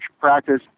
practice